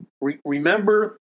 remember